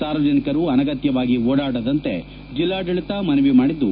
ಸಾರ್ವಜನಿಕರು ಅನಗತ್ಯವಾಗಿ ಓಡಾಡದಂತೆ ಜಿಲ್ಲಾಡಳಿತ ಮನವಿ ಮಾಡಿದ್ದು